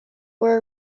were